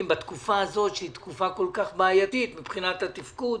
בתקופה הזאת שהיא תקופה כל כך בעייתית מבחינת התפקוד,